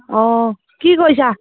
অঁ কি কৰিছা